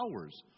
hours